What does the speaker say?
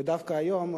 ודווקא היום,